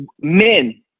men